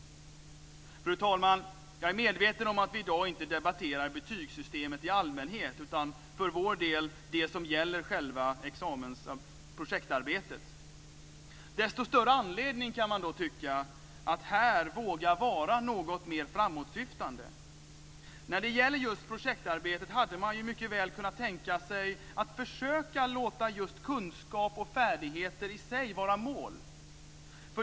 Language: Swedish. Fru talman! Jag är medveten om att vi i dag inte debatterar betygssystemet i allmänhet utan för vår del det som gäller själva projektarbetet. Desto större anledning kan man tycka att här våga vara något mer framåtsyftande. När det gäller just projektarbetet hade man ju mycket väl kunnat tänka sig att försöka låta just kunskap och färdigheter i sig vara mål.